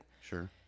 Sure